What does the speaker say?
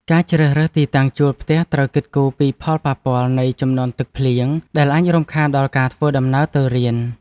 ការជ្រើសរើសទីតាំងជួលផ្ទះត្រូវគិតគូរពីផលប៉ះពាល់នៃជំនន់ទឹកភ្លៀងដែលអាចរំខានដល់ការធ្វើដំណើរទៅរៀន។